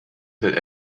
that